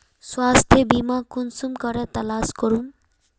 स्वास्थ्य बीमा कुंसम करे तलाश करूम?